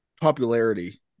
popularity